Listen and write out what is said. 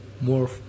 more